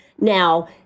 Now